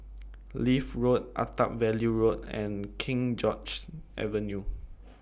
Leith Road Attap Valley Road and King George's Avenue